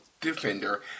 defender